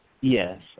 Yes